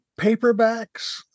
paperbacks